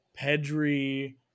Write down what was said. Pedri –